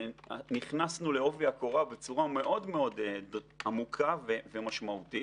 נכנסנו לעובי הקורה בצורה מאוד מאוד עמוקה ומשמעותית,